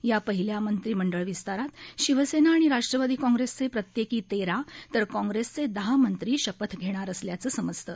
या पहिल्या मंत्रिमंडळ विस्तारात शिवसेना आणि राष्ट्रवादी काँग्रेसचे प्रत्येकी तेरा तर काँग्रेसचे दहा मंत्री शपथ घेणार असल्याचं समजतं